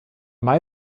mai